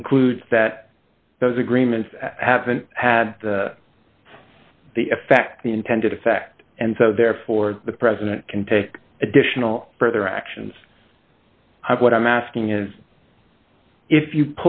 concludes that those agreements haven't had the effect the intended effect and so therefore the president can take additional further actions what i'm asking is if you